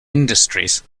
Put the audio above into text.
industries